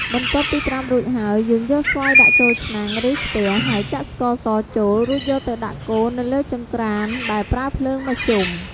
បន្ទាប់ពីត្រាំរួចហើយ យើងយកស្វាយដាក់ចូលឆ្នាំង ឬខ្ទះ ហើយចាក់ស្ករសចូល រួចយកទៅដាក់កូរនៅលើចង្ក្រាន្តដែលប្រើភ្លើងមធ្យម។